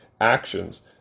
actions